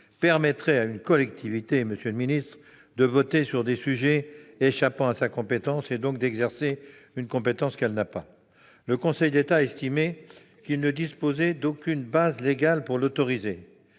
permettrait à une collectivité de voter sur des sujets échappant à sa compétence, et donc d'exercer une compétence qu'elle n'a pas. Le Conseil d'État a estimé qu'il ne disposait d'aucune base légale pour autoriser